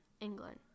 England